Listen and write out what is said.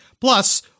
Plus